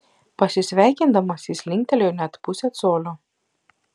pasisveikindamas jis linktelėjo net pusę colio